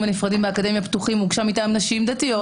הנפרדים באקדמיה פתוחה הוגשה מטעם נשים דתיות.